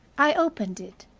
i opened it.